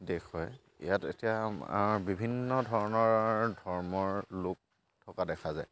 দেশ হয় ইয়াত এতিয়া আমাৰ বিভিন্ন ধৰণৰ ধৰ্মৰ লোক থকা দেখা যায়